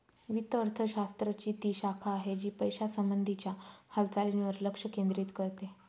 वित्त अर्थशास्त्र ची ती शाखा आहे, जी पैशासंबंधी च्या हालचालींवर लक्ष केंद्रित करते